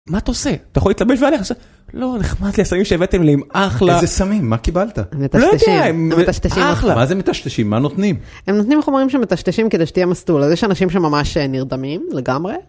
מה אתה עושה? אתה יכול להתלבש וללכת, לא נחמד לי. הסמים שהבאתם לי הם אחלה, איזה סמים, מה קיבלת? מטשטשים, מטשטשים, אחלה, מה זה מטשטשים? מה נותנים? הם נותנים חומרים שמטשטשים כדי שתהיה מסטול, אז יש אנשים שממש נרדמים לגמרי.